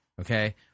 okay